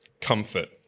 comfort